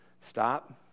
Stop